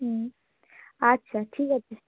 হুম আচ্ছা ঠিক আছে